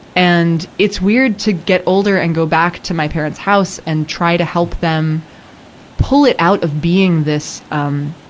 and, it's weird to get older and go back to my parents' house and try to help them pull it out of being this, um,